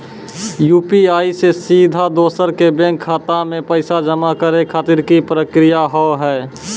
UPI से सीधा दोसर के बैंक खाता मे पैसा जमा करे खातिर की प्रक्रिया हाव हाय?